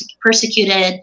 persecuted